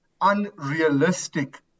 unrealistic